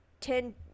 ten